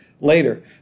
later